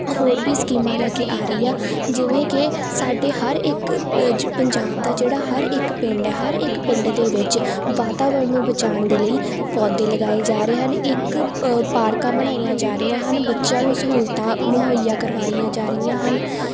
ਹੋਰ ਵੀ ਸਕੀਮਾਂ ਲੈ ਕੇ ਆ ਰਹੀਂ ਆ ਜਿਵੇਂ ਕਿ ਸਾਡੇ ਹਰ ਇੱਕ ਪੰਜਾਬ ਦਾ ਜਿਹੜਾ ਹਰ ਇੱਕ ਪਿੰਡ ਹੈ ਹਰ ਇੱਕ ਪਿੰਡ ਦੇ ਵਿੱਚ ਵਾਤਾਵਰਨ ਨੂੰ ਬਚਾਉਣ ਦੇ ਲਈ ਪੌਦੇ ਲਗਾਏ ਜਾ ਰਹੇ ਹਨ ਇੱਕ ਪਾਰਕਾਂ ਬਣਾਈਆਂ ਜਾ ਰਹੀਆਂ ਹਨ ਬੱਚਿਆਂ ਨੂੰ ਸਹੂਲਤਾਂ ਮੁਹੱਈਆ ਕਰਵਾਈਆਂ ਜਾ ਰਹੀਆਂ ਹਨ